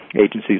agencies